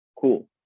cool